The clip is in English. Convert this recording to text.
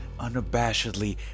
unabashedly